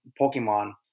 Pokemon